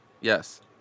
Yes